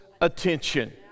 attention